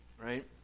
right